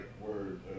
word